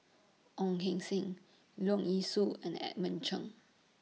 Ong Keng Sen Leong Yee Soo and Edmund Cheng